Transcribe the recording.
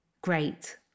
great